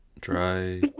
dry